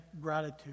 gratitude